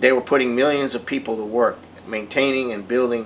they were putting millions of people who work maintaining and building